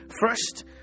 First